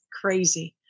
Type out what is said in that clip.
crazy